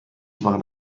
war